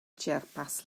ĉerpas